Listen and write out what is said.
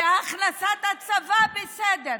והכנסת הצבא, בסדר.